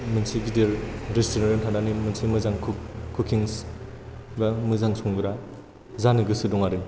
मोनसे गिदिर रेस्टुरेन्ट आव थानानै मोनसे मोजां कुक एबा मोजां संग्रा जानो गोसो दं आरो